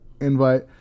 invite